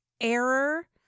Error